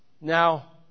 Now